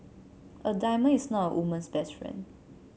a diamond is not a woman's best friend